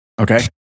Okay